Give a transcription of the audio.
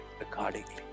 accordingly